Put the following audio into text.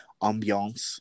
ambiance